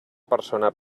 persona